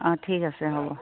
অঁ ঠিক আছে হ'ব